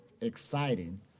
exciting